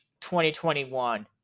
2021